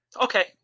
Okay